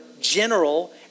general